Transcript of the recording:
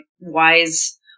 wise